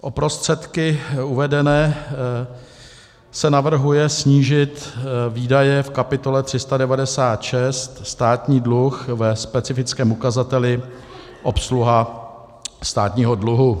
O prostředky uvedené se navrhuje snížit výdaje v kapitole 396 Státní dluh ve specifickém ukazateli obsluha státního dluhu.